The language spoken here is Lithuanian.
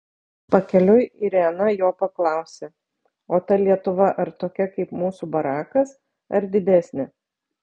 pakeliui irena jo paklausė o ta lietuva ar tokia kaip mūsų barakas ar didesnė